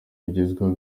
bigezweho